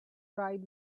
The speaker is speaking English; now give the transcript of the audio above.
ride